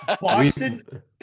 Boston